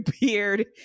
beard